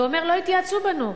והוא אומר: לא התייעצו אתנו.